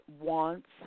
wants